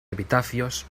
epitafios